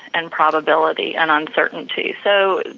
and probability and uncertainty. so,